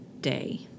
day